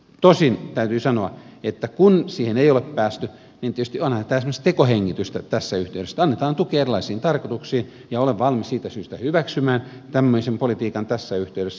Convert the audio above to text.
tosin täytyy sanoa että kun siihen ei ole päästy niin tietysti onhan esimerkiksi tämä tekohengitystä tässä yhteydessä että annetaan tukea erilaisiin tarkoituksiin ja olen valmis siitä syystä hyväksymään tämmöisen politiikan tässä yhteydessä